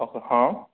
ହଁ